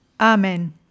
Amen